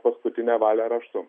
paskutinę valią raštu